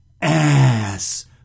ass